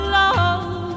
love